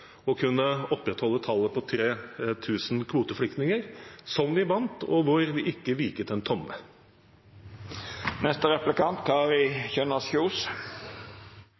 kunne opprettholde tallet på 3 000 kvoteflyktninger, som vi vant, og hvor vi ikke vek en